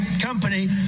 company